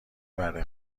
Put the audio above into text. بره